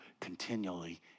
continually